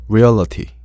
Reality